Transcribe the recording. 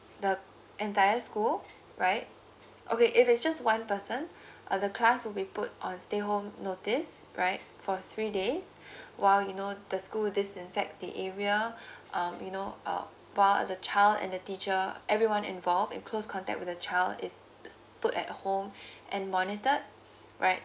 the entire school right okay if it's just one person uh the class will be put on stay home notice right for three days while you know the school disinfects the area um you know uh while the child and the teacher everyone involved in close contact with the child is is put at home and monitored right